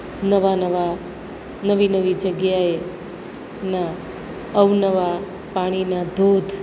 નવા નવા નવી નવી જગ્યાએ ના અવનવા પાણીના ધોધ